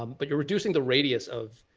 um but you're reducing the radius of